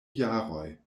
jaroj